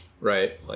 Right